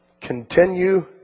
continue